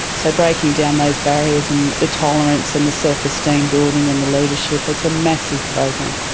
so breaking down those barriers, and the tolerance and the self-esteem building and the leadership. it's a massive program.